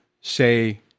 say